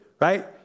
right